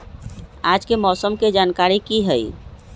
आज के मौसम के जानकारी कि हई?